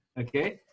Okay